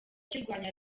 kirwanya